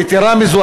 יתרה מזו,